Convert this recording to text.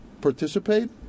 participate